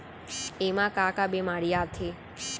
एमा का का बेमारी आथे?